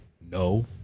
No